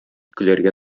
көләргә